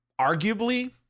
arguably